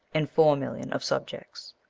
and four millions of subjects.